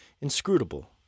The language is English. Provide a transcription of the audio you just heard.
inscrutable